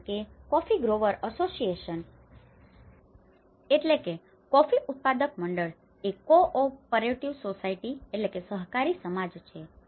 કારણ કે coffee grower association coffee growers association coffee ઉત્પાદક મંડળ એ cooperative society cooperative society સહકારી સમાજ છે